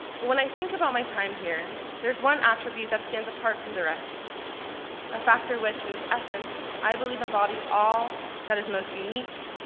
but when i think about my time here, there is one attribute that stands apart from the rest a factor which in its essence, i believe embodies all that is most unique,